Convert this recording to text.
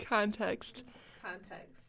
Context